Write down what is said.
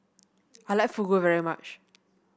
I like Fugu very much